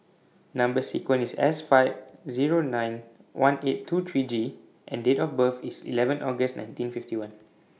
Number sequence IS S five Zero nine one eight two three G and Date of birth IS eleven August nineteen fifty one